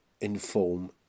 inform